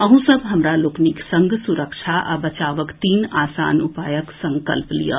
अहूँ सभ हमरा लोकनि संग सुरक्षा आ बचावक तीन आसान उपायक संकल्प लियऽ